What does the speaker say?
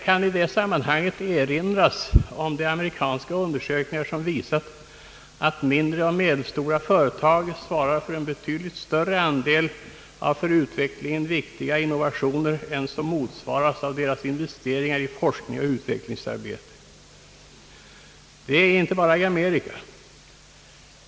I det sammanhanget kan jag erinra om de amerikanska undersökningar som visat att mindre och medelstora företag svarar för en betydligt större andel av för utvecklingen viktiga innovationer än som motsvaras av deras investeringar i forskning och utvecklingsarbete; och detta gäller inte bara Amerika.